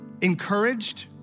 encouraged